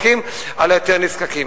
על היותר-מרוחקים, על היותר-נזקקים.